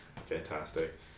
fantastic